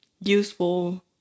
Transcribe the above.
useful